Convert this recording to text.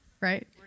right